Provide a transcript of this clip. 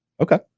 Okay